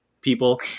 people